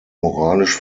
moralisch